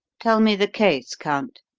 tell me the case, count.